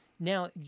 Now